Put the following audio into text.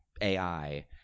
AI